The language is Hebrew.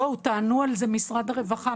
בואו, תענו על זה, משרד הרווחה.